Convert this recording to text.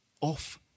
off